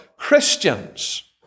Christians